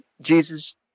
Jesus